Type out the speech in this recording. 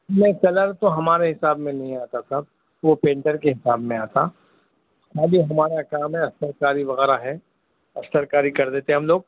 نہیں کلر تو ہمارے حساب میں نہیں آتا صاحب وہ پینٹر کے حساب میں آتا خالی ہمارا کام ہے سرکاری وغیرہ ہے اور سرکاری کر دیتے ہیں ہم لوگ